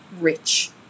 rich